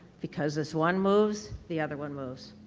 because as one moves, the other one moves.